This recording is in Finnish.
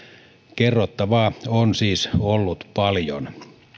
kerrottavaa on siis ollut paljon